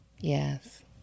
Yes